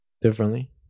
Differently